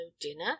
dinner